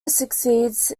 succeeds